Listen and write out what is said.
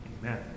Amen